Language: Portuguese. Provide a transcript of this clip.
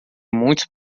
muitos